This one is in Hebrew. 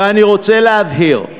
ואני רוצה להבהיר: